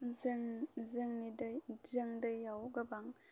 जों जोंनि दै जों दैयाव गोबां